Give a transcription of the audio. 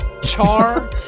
char